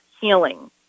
healing